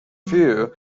view